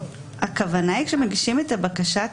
הכוונה היא שמגישים את הבקשה,